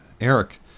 Eric